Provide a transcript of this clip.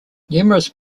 numerous